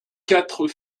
quatre